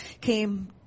came